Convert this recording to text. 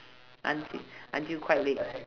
unti~ until quite late